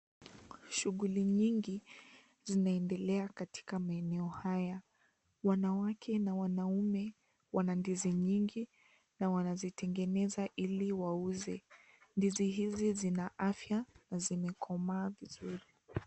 Shughuli nyingi zinaendelea Katika maeneo haya. Wanawake na wanaume Wana ndizi nyingi na wanazitengeneza Ili wauze. Ndizi hizi zina afya na zimekomaa vizuri.